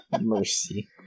Mercy